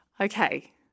Okay